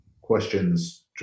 questions